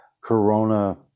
Corona